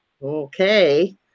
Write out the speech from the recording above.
okay